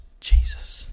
Jesus